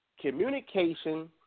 communication